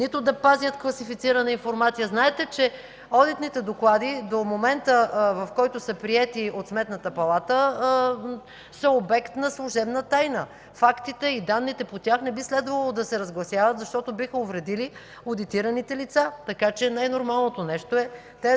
нито да пазят класифицирана информация. Знаете, че одитните доклади до момента, в който са приети от Сметната палата, са обект на служебна тайна. Фактите и данните по тях не би следвало да се разгласяват, защото биха увредили одитираните лица. Така че най-нормалното нещо е те